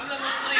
גם לנוצרים.